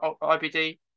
IBD